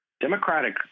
Democratic